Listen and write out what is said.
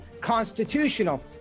constitutional